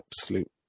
absolute